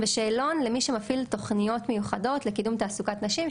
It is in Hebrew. ושאלון למי שמפעיל תוכניות מיוחדות לקידום תעסוקת נשים,